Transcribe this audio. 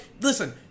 listen